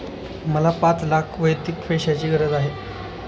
मला पाच लाख वैयक्तिक पैशाची गरज आहे